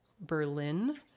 Berlin